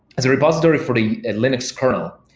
as a repository for the and linux kernel,